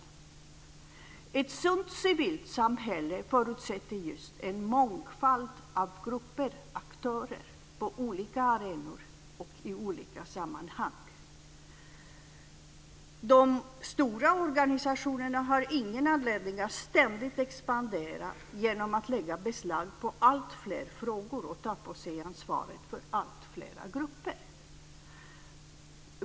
Ett sunt civilt samhälle förutsätter just en mångfald av grupper, aktörer, på olika arenor och i olika sammanhang. De stora organisationerna har ingen anledning att ständigt expandera genom att lägga beslag på alltfler frågor och ta på sig ansvaret för alltfler grupper.